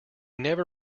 never